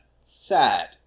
sad